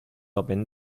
open